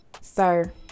Sir